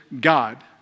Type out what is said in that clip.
God